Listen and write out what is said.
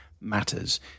matters